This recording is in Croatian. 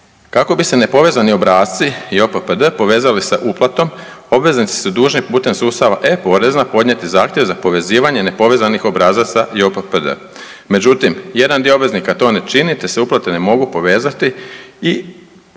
Kako bi se nepovezani obrasci i JOPPD povezali sa uplatom obveznici su dužni putem sustava e-porezna podnijeti zahtjev za povezivanje nepovezanih obrazaca JOPPD. Međutim, jedan dio obveznika to ne čini, te se uplate ne mogu povezati i rasporediti